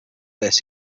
this